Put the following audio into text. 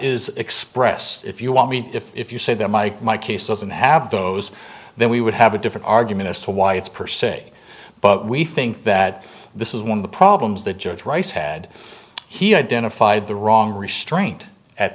is expressed if you want me if you say that my my case doesn't have those then we would have a different argument as to why it's per se but we think that this is one of the problems the judge rice had he identified the wrong restraint at